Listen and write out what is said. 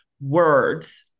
words